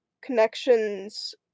connections